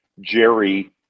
jerry